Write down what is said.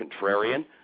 contrarian